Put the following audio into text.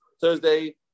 Thursday